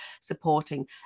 supporting